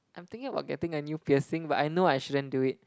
I'm thinking about getting a new piercing but I know I shouldn't do it